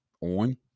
on